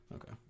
Okay